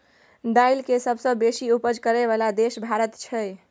दाइल के सबसे बेशी उपज करइ बला देश भारत छइ